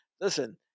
Listen